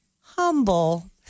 humble